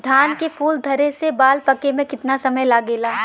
धान के फूल धरे से बाल पाके में कितना समय लागेला?